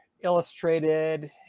illustrated